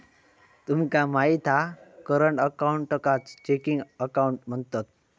तुमका माहित हा करंट अकाऊंटकाच चेकिंग अकाउंट म्हणतत